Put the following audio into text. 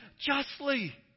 justly